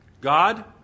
God